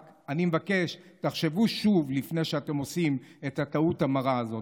אני רק מבקש: תחשבו שוב לפני שאתם עושים את הטעות המרה הזאת.